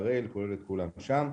זמן,